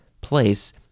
place